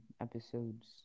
episodes